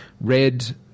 red